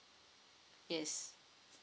yes